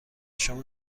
شما